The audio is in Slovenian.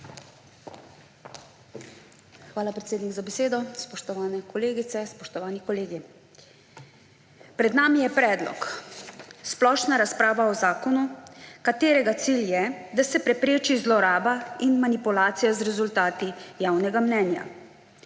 Hvala, predsednik, za besedo. Spoštovane kolegice, spoštovani kolegi! Pred nami je predlog, splošna razprava o zakonu, katerega cilj je, da se prepreči zloraba in manipulacija z rezultati javnega mnenja.